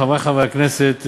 חברי חברי הכנסת,